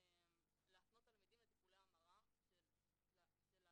להפנות תלמידים לטיפולי המרה של להט"ב,